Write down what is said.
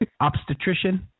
obstetrician